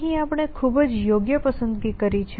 અહીં આપણે ખુબ જ યોગ્ય પસંદગી કરી છે